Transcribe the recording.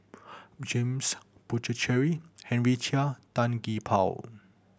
James Puthucheary Henry Chia Tan Gee Paw